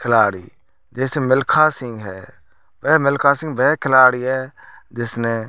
खिलाड़ी जैसे मिल्खा सिंह है वह मिल्खा सिंह वह खिलाड़ी है जिसने